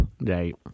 Right